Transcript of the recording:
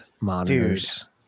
monitors